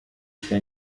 nshya